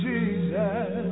Jesus